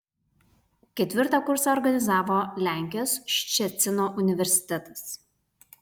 ketvirtą kursą organizavo lenkijos ščecino universitetas